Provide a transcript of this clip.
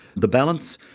the balance,